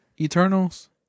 Eternals